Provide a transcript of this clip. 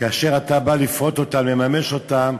כאשר אתה בא לפרוט אותן, לממש אותן,